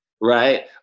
right